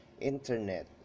internet